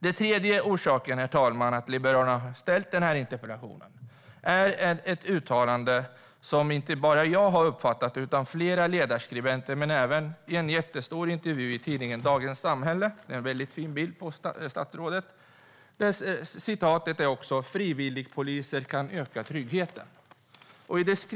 Ytterligare en anledning till att jag har ställt denna interpellation är ett uttalande från statsrådet, som inte bara jag utan flera ledarskribenter har uppmärksammat, i en stor intervju i tidningen Dagens Samhälle. Det är en mycket fin bild på statsrådet där. Där sägs det att frivilligpoliser kan öka tryggheten.